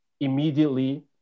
immediately